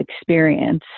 experience